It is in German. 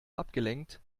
abgelenkt